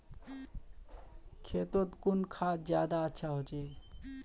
खेतोत कुन खाद ज्यादा अच्छा होचे?